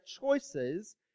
choices